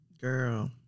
girl